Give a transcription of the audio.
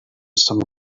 some